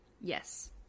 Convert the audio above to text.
yes